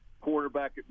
quarterback